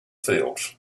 fields